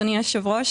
אדוני היושב-ראש,